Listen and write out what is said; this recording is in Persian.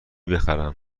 بخرم